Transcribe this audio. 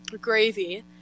Gravy